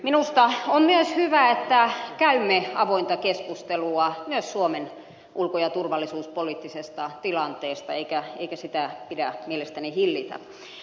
minusta on myös hyvä että käymme avointa keskustelua myös suomen ulko ja turvallisuuspoliittisesta tilanteesta eikä sitä pidä mielestäni hillitä